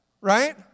right